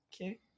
okay